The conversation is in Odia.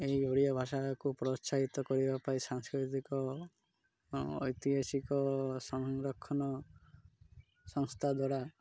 ଏହି ଓଡ଼ିଆ ଭାଷାକୁ ପ୍ରୋତ୍ସାହିତ କରିବା ପାଇଁ ସାଂସ୍କୃତିକ ଐତିହାସିକ ସଂରକ୍ଷଣ ସଂସ୍ଥା ଦ୍ୱାରା